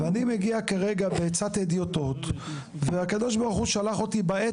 ואני מגיע כרגע בעצת הדיוטות והקדוש ברוך הוא שלח אותי בעת